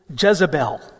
Jezebel